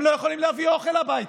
הם לא יכולים להביא אוכל הביתה.